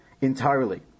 entirely